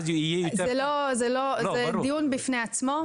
זה דיון בפני עצמו.